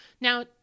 Now